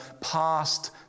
past